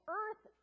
earth